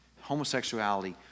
homosexuality